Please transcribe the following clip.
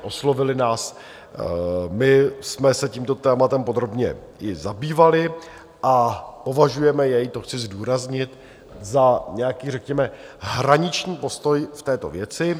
Oslovili nás, my jsme se tímto tématem podrobně i zabývali a považujeme jej to chci zdůraznit za nějaký řekněme hraniční postoj v této věci.